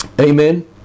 Amen